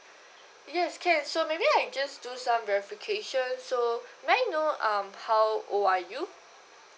yes can so maybe I just do some verification so may I know um how old are you